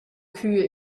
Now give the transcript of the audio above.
kühe